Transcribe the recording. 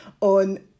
on